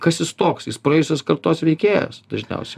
kas jis toks jis praėjusios kartos veikėjas dažniausiai